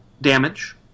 damage